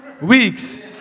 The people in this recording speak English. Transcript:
weeks